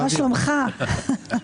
והם מבינים שהדבר הזה הוא בליבת העניין.